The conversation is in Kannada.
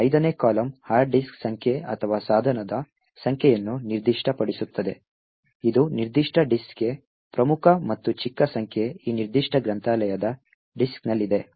5 ನೇ ಕಾಲಮ್ ಹಾರ್ಡ್ ಡಿಸ್ಕ್ ಸಂಖ್ಯೆ ಅಥವಾ ಸಾಧನದ ಸಂಖ್ಯೆಯನ್ನು ನಿರ್ದಿಷ್ಟಪಡಿಸುತ್ತದೆ ಇದು ನಿರ್ದಿಷ್ಟ ಡಿಸ್ಕ್ಗೆ ಪ್ರಮುಖ ಮತ್ತು ಚಿಕ್ಕ ಸಂಖ್ಯೆ ಈ ನಿರ್ದಿಷ್ಟ ಗ್ರಂಥಾಲಯದ ಡಿಸ್ಕ್ನಲ್ಲಿಇದೆ